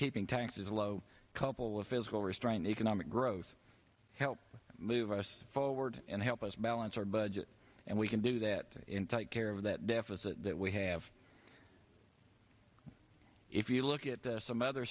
keeping taxes low couple of physical restraint economic growth help move us forward and help us balance our budget and we can do that in take care of that deficit that we have if you look at some other